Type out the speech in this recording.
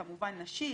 כמובן נשי,